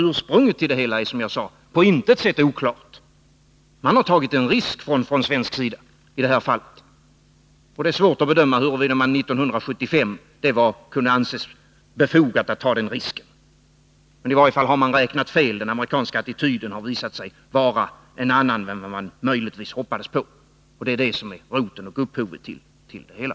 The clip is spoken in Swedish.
Ursprunget till det hela är, som sagt, på intet sätt oklart. Från svensk sida har man i det här fallet tagit en risk, och det är svårt att bedöma huruvida det 1975 kunde anses befogat att ta den risken. I varje fall har man räknat fel. Den amerikanska attityden har visat sig vara en annan än den som man möjligen hade hoppats på. Det är det som är upphovet till det hela.